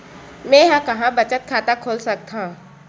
मेंहा कहां बचत खाता खोल सकथव?